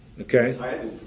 Okay